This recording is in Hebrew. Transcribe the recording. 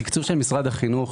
התקצוב של משרד החינוך,